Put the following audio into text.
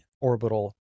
orbital